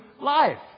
life